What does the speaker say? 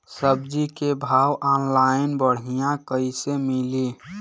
सब्जी के भाव ऑनलाइन बढ़ियां कइसे मिली?